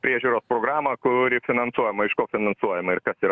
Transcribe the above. priežiūros programą kuri finansuojama iš ko finansuojama ir kas yra